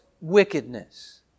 wickedness